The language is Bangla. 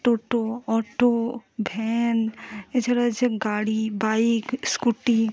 টোটো অটো ভ্যান এছাড়া আছে গাড়ি বাইক স্কুটি